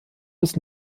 bis